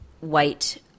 white